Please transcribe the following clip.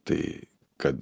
tai kad